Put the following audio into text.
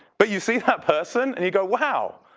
but you see that person and you go, wow.